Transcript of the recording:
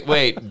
Wait